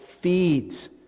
feeds